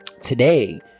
today